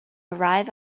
arrive